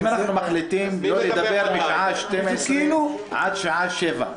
אם אנחנו מחליטים לא לדבר משעה שתיים-עשרה עד שעה שבע,